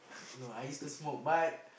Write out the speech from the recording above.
no I used to smoke but